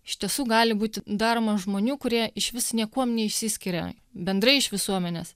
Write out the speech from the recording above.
iš tiesų gali būti daroma žmonių kurie išvis niekuom neišsiskiria bendrai iš visuomenės